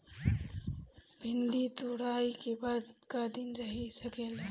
भिन्डी तुड़ायी के बाद क दिन रही सकेला?